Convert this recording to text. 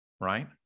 right